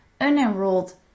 unenrolled